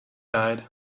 eyed